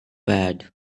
pad